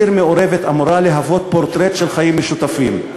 עיר מעורבת אמורה להוות פורטרט של חיים משותפים,